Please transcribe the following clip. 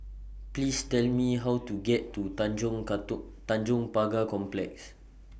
Please Tell Me How to get to Tanjong cartoon Tanjong Pagar Complex